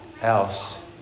else